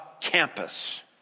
campus